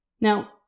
Now